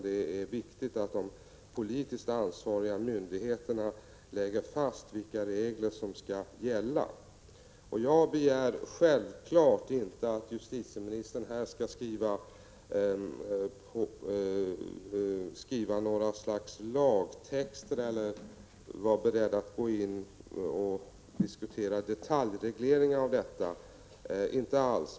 Det är viktigt att de politiskt ansvariga myndigheterna lägger fast vilka regler som skall gälla. Jag begär självfallet inte att justitieministern här skall skriva något slags lagtext eller vara beredd att gå in och diskutera detaljregleringar — inte alls.